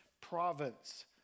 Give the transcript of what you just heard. province